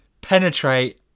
penetrate